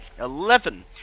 Eleven